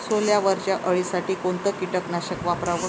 सोल्यावरच्या अळीसाठी कोनतं कीटकनाशक वापराव?